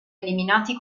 eliminati